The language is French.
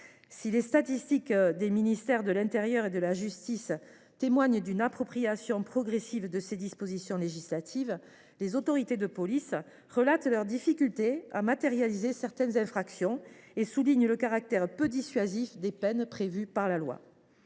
Si les statistiques des ministères de l’intérieur et de la justice témoignent d’une appropriation progressive de ces dispositions législatives, les autorités de police relatent leurs difficultés à matérialiser certaines infractions et soulignent le caractère peu dissuasif des peines prévues par la loi.